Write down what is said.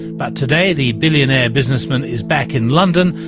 but today the billionaire businessman is back in london,